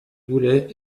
boulay